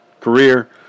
career